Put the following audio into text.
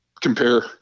compare